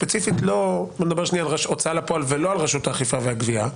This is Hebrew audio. בוא נדבר על הוצאה לפועל ולא על רשות האכיפה והגבייה,